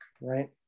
right